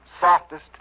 softest